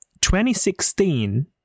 2016